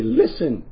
listen